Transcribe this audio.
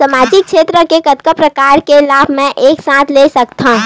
सामाजिक क्षेत्र के कतका प्रकार के लाभ मै एक साथ ले सकथव?